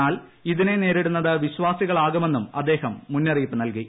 എന്നാൽ ഇതിനെ നേരിടുന്നത് വിശ്വാസികളാകുമെന്നും അദ്ദേഹം മുന്നറിയിപ്പ് നൽകി